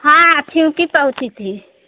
हाँ छ्यूकी पहुँची थी